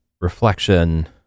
reflection